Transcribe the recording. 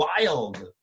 wild